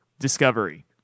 discovery